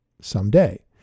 someday